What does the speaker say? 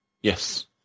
yes